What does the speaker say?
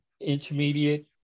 intermediate